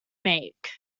make